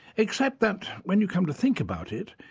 except that, when you come to think about it,